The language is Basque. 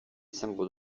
izango